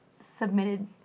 submitted